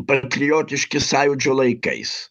patriotiški sąjūdžio laikais